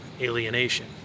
alienation